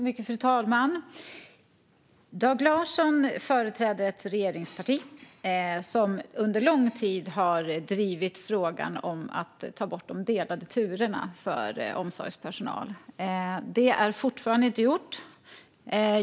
Fru talman! Dag Larsson företräder ett regeringsparti som under lång tid har drivit frågan om att ta bort de delade turerna för omsorgspersonal, men det är fortfarande inte gjort.